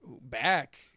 back